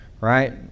right